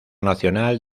nacional